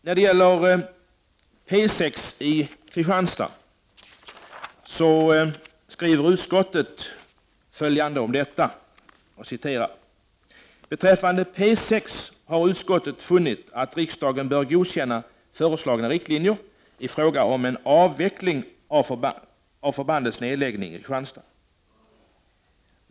När det gäller P6 i Kristianstad skriver utskottet följande: ”Beträffande P6 har utskottet funnit att riksdagen bör godkänna föreslagna riktlinjer i fråga om en avveckling av förbandets anläggning i Kristianstad.